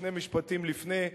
שני משפטים לפני,